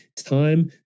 Time